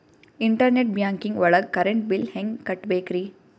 Internet banking ಒಳಗ್ current bill ಹೆಂಗ್ ಕಟ್ಟ್ ಬೇಕ್ರಿ?